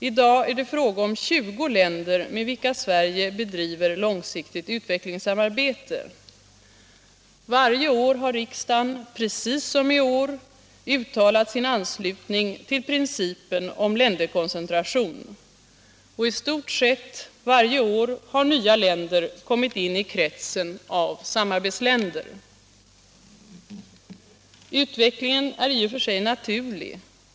I dag är det fråga om 20 länder med vilka Sverige bedriver långsiktigt utvecklingssamarbete. Varje år har riksdagen, precis som i år, uttalat sin anslutning till principen om länderkoncentration, och i stort sett varje år har nya länder kommit in i kretsen av samarbetsländer. Utvecklingen är i och för sig naturlig.